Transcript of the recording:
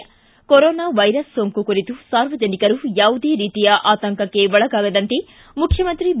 ಿ corona virus ಸೋಂಕು ಕುರಿತು ಸಾರ್ವಜನಿಕರು ಯಾವುದೇ ರೀತಿಯ ಆತಂಕಕ್ಕೆ ಒಳಗಾಗದಂತೆ ಮುಖ್ಯಮಂತ್ರಿ ಬಿ